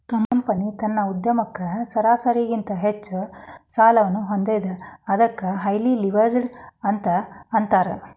company ತನ್ನ ಉದ್ಯಮಕ್ಕ ಸರಾಸರಿಗಿಂತ ಹೆಚ್ಚ ಸಾಲವನ್ನ ಹೊಂದೇದ ಅದಕ್ಕ ಹೈಲಿ ಲಿವ್ರೇಜ್ಡ್ ಅಂತ್ ಅಂತಾರ